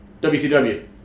WCW